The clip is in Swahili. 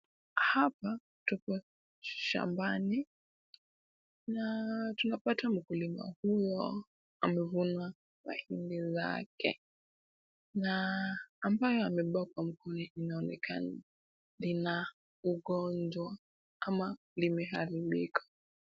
Hapa tuko shambani na tunapata mkulima huyo amevuna mahindi zake na ambayo amebeba kwa gunia inaonekana lina ugonjwa ama limeharibika.